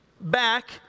back